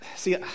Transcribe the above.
See